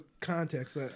context